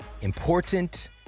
important